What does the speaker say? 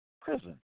prison